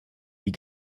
die